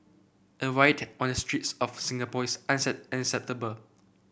a riot on the streets of Singapore is unacceptable